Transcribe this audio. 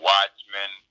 Watchmen